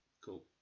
Cool